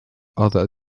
other